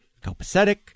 copacetic